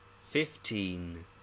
fifteen